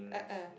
a'ah